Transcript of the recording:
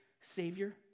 savior